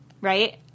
Right